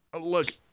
look